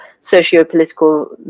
socio-political